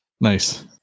Nice